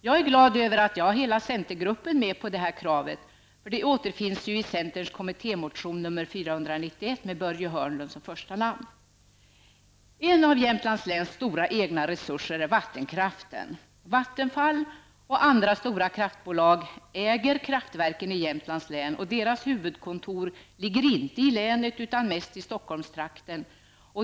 Jag är glad över att jag har hela centergruppen med på detta krav, som ju återfinns i centerns kommittémotion 491 med Börje Hörnlund som första namn. En av Jämtlands läns stora egna resurser är vattenkraften. Vattenfall och andra stora kraftbolag äger kraftverken i Jämtlands län, men deras huvudkontor ligger inte i länet utan mest i Stockholmstrakten.